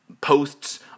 posts